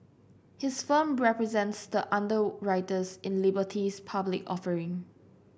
his firm represents the underwriters in Liberty's public offering